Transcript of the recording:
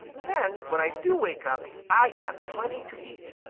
then when i do wake up i have plenty to eat.